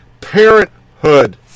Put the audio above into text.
Parenthood